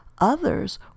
Others